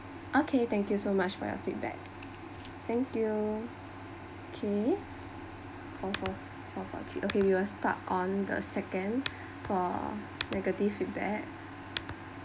okay thank you so much for your feedback thank you okay four four four four three okay we will start on the second for negative feedback